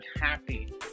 happy